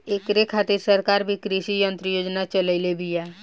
ऐकरे खातिर सरकार भी कृषी यंत्र योजना चलइले बिया